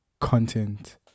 content